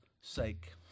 sake